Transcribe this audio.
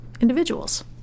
individuals